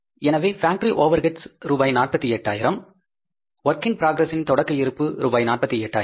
எனவே factory overheads ரூபாய் 48000 work in progress இன் தொடக்க இருப்பு ரூபாய் 48000